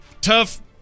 tough